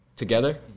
Together